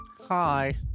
Hi